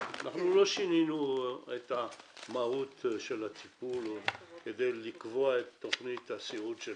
לא שינינו את מהות הטיפול כדי לקבוע את תוכנית הסיעוד שלו,